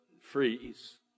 freeze